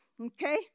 okay